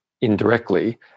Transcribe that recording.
indirectly